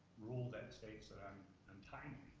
rule that states that i'm untimely,